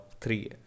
Three